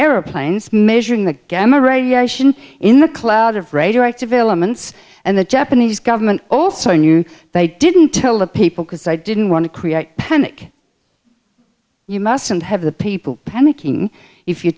airplanes measuring the gamma radiation in the cloud of radioactive elements and the japanese government also knew they didn't tell the people because i didn't want to create panic you mustn't have the people panicking if you